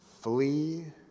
Flee